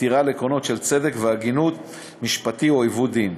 סתירה לעקרונות של צדק והגינות משפטית או עיוות דין.